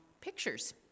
pictures